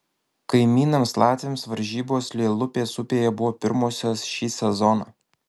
kaimynams latviams varžybos lielupės upėje buvo pirmosios šį sezoną